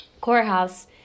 courthouse